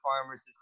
farmers